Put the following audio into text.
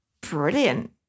brilliant